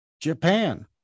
Japan